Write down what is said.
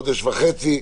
חודש וחצי,